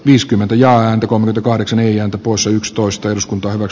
viiskymmentäjaan kun kahdeksan eija taposen ps toista eduskunta ovat